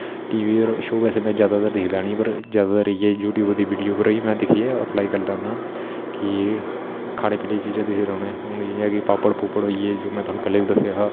TV पर show में ज्यादातर दिक्खदा नेई पर ज्यादातर इये यूट्यूब दी बिडियो होई में दिक्खेआ ट्राई करी लेना कि खाने पीने दी चीजां दिक्खदे रौहना होंदी जियां कि पापड पोपड होई गे में तुसेगी पैहले बी दस्सेआ हा